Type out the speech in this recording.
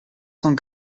cent